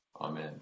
Amen